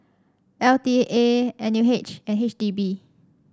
L T A N U H and H D B